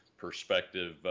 perspective